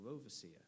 overseer